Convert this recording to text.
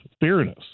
fairness